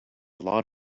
lot